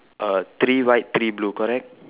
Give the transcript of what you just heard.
uh three white three blue correct